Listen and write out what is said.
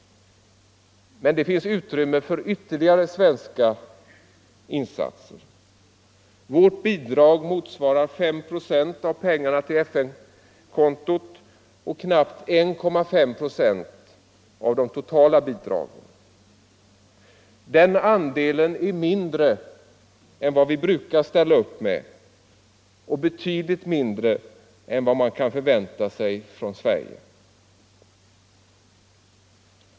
Men det finns utrymme för ytterligare svenska insatser. Vårt bidrag motsvarar 5 procent av pengarna till FN kontot och knappt 1,5 procent av de totala bidragen. Den andelen är mindre än vad vi brukar ställa upp med och mycket mindre än vad man nu bör förvänta från Sverige.